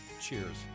Cheers